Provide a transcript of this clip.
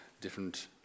different